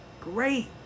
Great